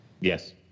yes